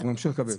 הוא ממשיך לקבל.